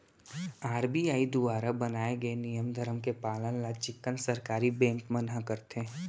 RBI दुवारा बनाए गे नियम धरम के पालन ल चिक्कन सरकारी बेंक मन ह करथे